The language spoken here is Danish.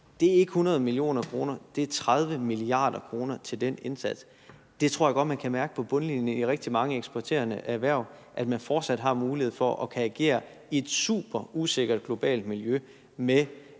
Det er ikke 100 mio. kr. – det er 30 mia. kr. til den indsats. Det tror jeg godt man kan mærke på bundlinjen i rigtig mange eksporterende erhverv, altså at man fortsat har mulighed for at kunne agere i et super usikkert globalt miljø med,